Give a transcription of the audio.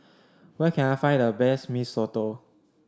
where can I find the best Mee Soto